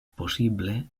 possible